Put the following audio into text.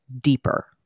deeper